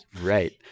Right